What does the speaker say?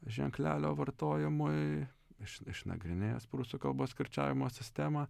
ženklelio vartojimui iš išnagrinėjęs prūsų kalbos kirčiavimo sistemą